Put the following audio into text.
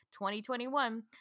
2021